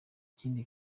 ikindi